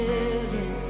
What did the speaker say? Children